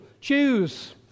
choose